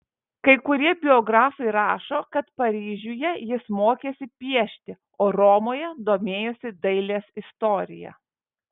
kai kurie biografai rašo kad paryžiuje jis mokėsi piešti o romoje domėjosi dailės istorija